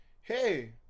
hey